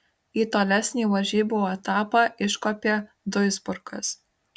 į tolesnį varžybų etapą iškopė duisburgas